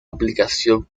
aplicación